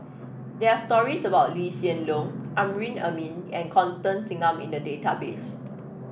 there are stories about Lee Hsien Loong Amrin Amin and Constance Singam in the database